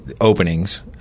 openings